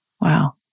Wow